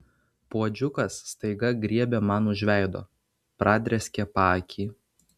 puodžiukas staiga griebė man už veido pradrėskė paakį